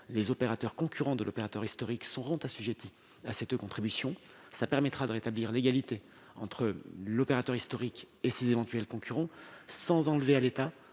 les opérateurs concurrents de l'opérateur historique seront assujettis à ces deux contributions. Cela permettra de rétablir l'égalité entre l'opérateur historique et ses éventuels concurrents, sans enlever à l'État